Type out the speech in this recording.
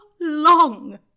long